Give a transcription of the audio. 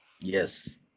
Yes